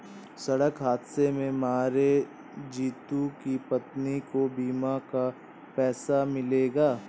सड़क हादसे में मरे जितू की पत्नी को बीमा का पैसा मिलेगा